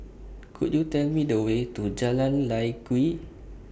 Could YOU Tell Me The Way to Jalan Lye Kwee